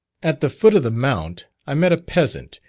at the foot of the mount i met a peasant,